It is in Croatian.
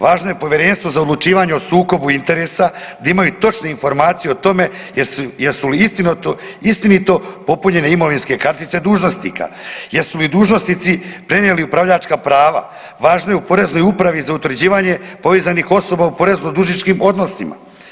Važno je Povjerenstvu za odlučivanje o sukobu interesa da imaju točne informacije o tome jesu li istinito popunjene imovinske kartice dužnosnika, jesu li dužnosnici prenijeli upravljačka prava, važno je u poreznoj upravi za utvrđivanje povezanih osoba u porezno dužničkim odnosima.